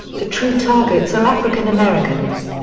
the true targets are african americans.